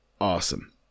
awesome